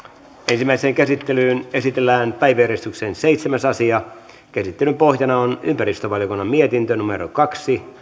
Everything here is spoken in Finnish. ensimmäiseen käsittelyyn esitellään päiväjärjestyksen seitsemäs asia käsittelyn pohjana on ympäristövaliokunnan mietintö kaksi